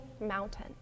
mountain